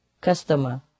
Customer